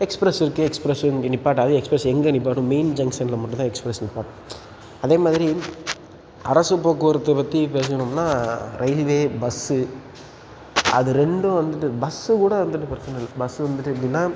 express இருக்குது எக்ஸ்ப்ரஸும் இங்கே நிப்பாட்டாது எக்ஸ்ப்ரஸ் எங்கே நிப்பாட்டும் மெயின் ஜங்சனில் மட்டுந்தான் எக்ஸ்ப்ரஸ் நிப்பாட் அதே மாதிரி அரசு போக்குவரத்தை பற்றி பேசணும்னால் ரயில்வே பஸ்ஸு அது ரெண்டும் வந்துட்டு பஸ்ஸு கூட வந்துட்டு பிரச்சனை இல்லை பஸ்ஸு வந்துட்டு எப்படின்னா